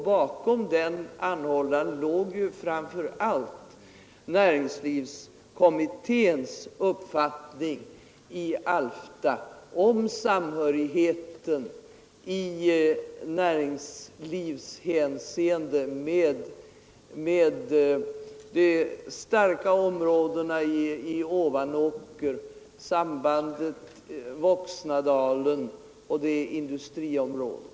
Bakom denna anhållan låg framför allt näringslivskommitténs uppfattning om Alftas samhörighet i näringslivshänseenden med de starka områdena i Ovanåker och sambandet med Voxnadalen och det industriområdet.